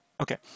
Okay